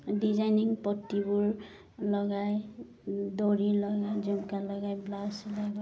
designing পটিবোৰ লগাই দৰি লগাই জুমকা লগাই ব্লাউজ চিলাব লাগে